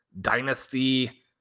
dynasty